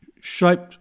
shaped